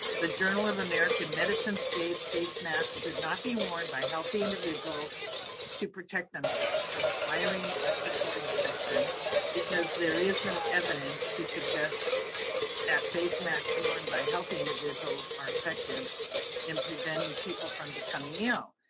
the journal of american medicine states face masks should not be worn by healthy individuals to protect themselves from acquiring respiratory infection because there is no evidence to suggest that face masks and worm by healthy individuals are effective in preventing people from becoming ill.